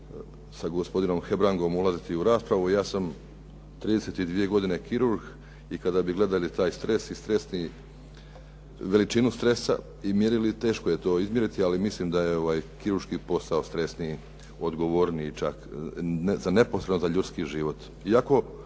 sa gospodinom Hebrangom ulaziti u raspravu. Ja sam 32 godine kirurg i kada bi gledali taj stres i veličinu stresa i mjerili teško je to izmjeriti ali mislim da je kirurški posao stresniji, odgovorniji čak neposredno za ljudski život